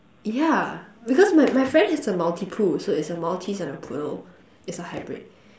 ya because because my my friend has a maltipoo so it's a Maltese and a poodle it's a hybrid